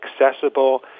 accessible